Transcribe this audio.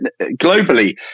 globally